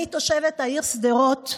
אני תושבת העיר שדרות,